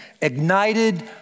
ignited